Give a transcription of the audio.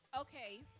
Okay